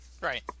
Right